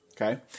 Okay